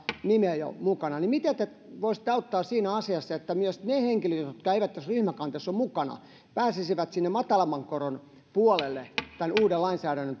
nimeä jo mukana niin miten te voisitte auttaa siinä asiassa että myös ne henkilöt jotka eivät tuossa ryhmäkanteessa ole mukana pääsisivät sinne matalamman koron puolelle tämän uuden lainsäädännön